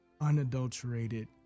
unadulterated